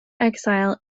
exile